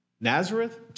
Nazareth